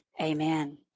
amen